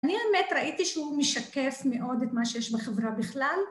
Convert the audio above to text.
אני באמת ראיתי שהוא משקף מאוד את מה שיש בחברה בכלל.